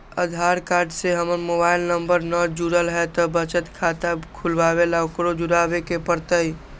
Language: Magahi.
आधार कार्ड से हमर मोबाइल नंबर न जुरल है त बचत खाता खुलवा ला उकरो जुड़बे के पड़तई?